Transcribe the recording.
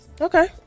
Okay